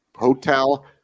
Hotel